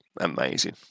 amazing